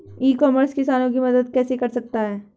ई commerce किसानों की मदद कैसे कर सकता है?